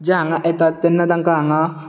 जे हांगा येतात तेन्ना तांकां हांगा